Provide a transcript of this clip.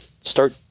start